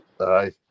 aye